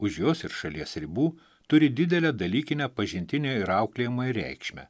už jos ir šalies ribų turi didelę dalykinę pažintinę ir auklėjimo reikšmę